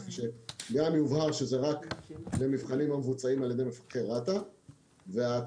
כך שגם יובהר שזה רק למבחנים המבוצעים על ידי מפקחי רת"א והתשלום